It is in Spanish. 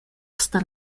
hasta